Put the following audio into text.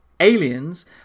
aliens